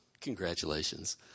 congratulations